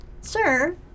Sir